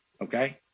okay